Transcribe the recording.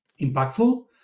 impactful